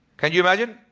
can you imagine?